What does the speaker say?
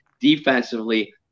Defensively